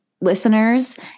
listeners